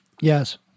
yes